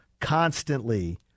constantly